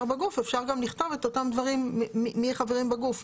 בגוף אפשר גם לכתוב מי החברים בגוף,